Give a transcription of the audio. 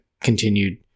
continued